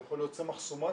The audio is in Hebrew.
זה יכול להיות צמח סומאק,